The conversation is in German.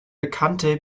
bekannte